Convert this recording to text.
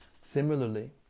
Similarly